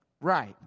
right